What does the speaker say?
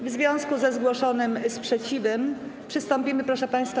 W związku ze zgłoszonym sprzeciwem przystąpimy, proszę państwa.